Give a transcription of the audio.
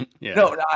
No